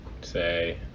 say